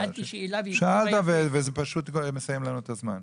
שאלת וזה מסיים לנו את הזמן.